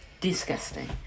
Disgusting